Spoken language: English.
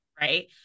right